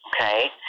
Okay